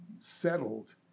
settled